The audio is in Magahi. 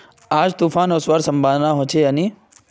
आज तूफ़ान ओसवार संभावना होचे या नी छे?